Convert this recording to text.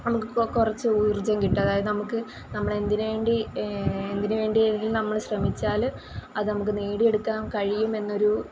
നമുക്ക് ഇപ്പോൾ കുറച്ച് ഊർജം കിട്ടും അതായത് നമുക്ക് നമ്മള് എന്തിന് വേണ്ടി എന്തിന് വേണ്ടിയെലും നമ്മള് ശ്രമിച്ചാല് അത് നമുക്ക് നേടി എടുക്കാൻ കഴിയുമെന്നൊരു